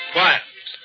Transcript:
Quiet